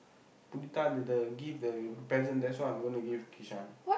Punitha the the give the present that's what I'm gonna give Kishan